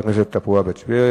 (לא נקראה, נמסרה לפרוטוקול)